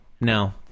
No